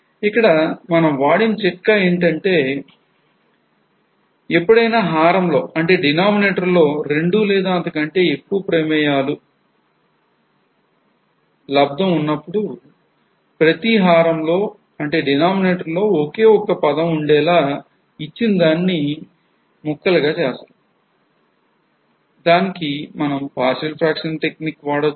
ఇక్కడ మనం వాడిన చిట్కా ఏంటంటే ఎప్పుడైనా హారంలో denominator లో రెండు లేదా అంతకంటే ఎక్కువ ప్రమేయాల లబ్దం ఉన్నప్పుడు ప్రతీ హారంలో denominator లో ఒకే ఒక్క పదం వుండేలా ఇచ్చిన దాన్ని ముక్కలు చేస్తాం